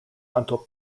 until